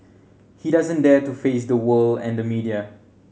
he doesn't dare to face the world and the media